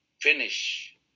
finish